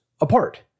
apart